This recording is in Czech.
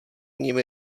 nimi